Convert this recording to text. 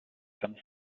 kannst